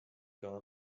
gun